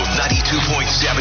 92.7